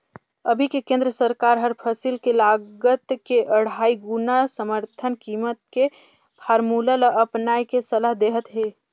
अभी के केन्द्र सरकार हर फसिल के लागत के अढ़ाई गुना समरथन कीमत के फारमुला ल अपनाए के सलाह देहत हे